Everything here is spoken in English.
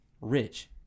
rich